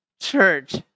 church